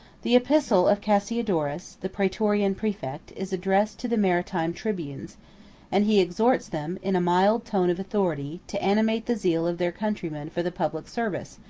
the epistle of cassiodorus, the praetorian praefect, is addressed to the maritime tribunes and he exhorts them, in a mild tone of authority, to animate the zeal of their countrymen for the public service,